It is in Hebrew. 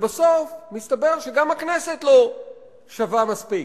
ובסוף מסתבר שגם הכנסת לא שווה מספיק,